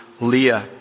Leah